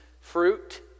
fruit